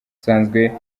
usanze